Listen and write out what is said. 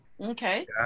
okay